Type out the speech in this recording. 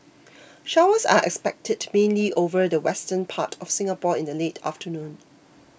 showers are expected mainly over the western part of Singapore in the late afternoon